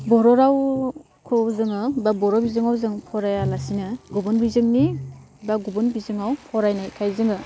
बर' रावखौ जोङो बा बर' बिजोङाव जों फरायालासिनो गुबुन बिजोंनि बा गुबुन बिजोङाव फरायनायखाय जोङो